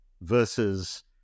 versus